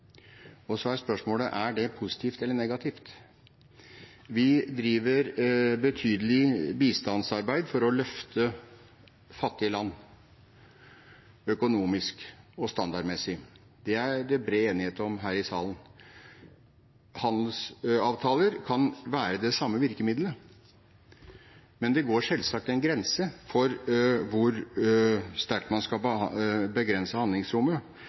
Og så er spørsmålet: Er det positivt eller negativt? Vi driver betydelig bistandsarbeid for å løfte fattige land økonomisk og standardmessig. Det er det bred enighet om her i salen. Handelsavtaler kan være det samme virkemidlet. Det går selvsagt en grense for hvor sterkt man skal begrense handlingsrommet,